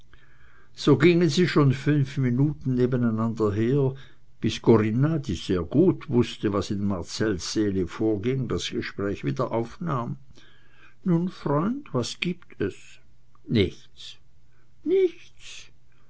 so gingen sie schon fünf minuten nebeneinander her bis corinna die sehr gut wußte was in marcells seele vorging das gespräch wieder aufnahm nun freund was gibt es nichts nichts